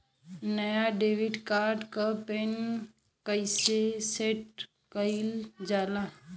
नया debit card क pin कईसे सेट कईल जाला?